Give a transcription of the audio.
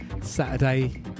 Saturday